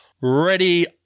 ready